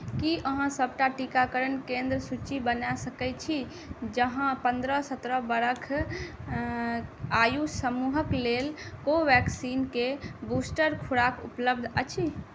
की अहाँ सबटा टीकाकरण केंद्र सूची बना सकै छी जहाँ पन्द्रह सतरह बरख आयु समूहक लेल कोवेक्सिनके बूस्टर खुराक उपलब्ध अछि